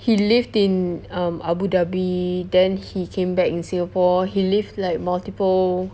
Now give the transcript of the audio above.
he lived in um abu dhabi then he came back in singapore he lived like multiple